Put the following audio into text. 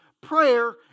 prayer